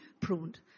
pruned